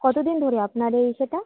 কত দিন ধরে আপনার এই ইসেটা